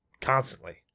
constantly